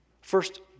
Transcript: first